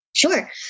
Sure